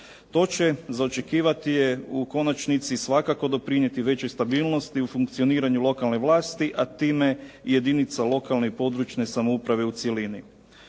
To će, za očekivati je u konačnici svakako doprinijeti većoj stabilnosti u funkcioniranju lokalne vlasti, a time i jedinica lokalne i područne samouprave u cjelini.